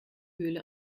höhle